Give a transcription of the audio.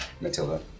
Matilda